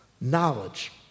knowledge